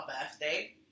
birthday